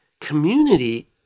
Community